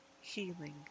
healing